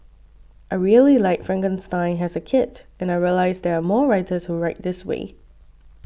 I really liked Frankenstein as a kid and I realised there are more writers who write this way